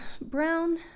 Brown